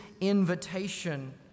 invitation